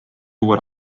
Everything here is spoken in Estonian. luua